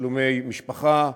תשלומי משפחה,